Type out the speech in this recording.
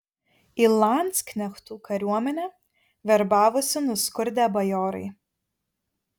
į landsknechtų kariuomenę verbavosi nuskurdę bajorai